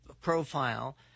profile